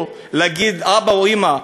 אבא או אימא,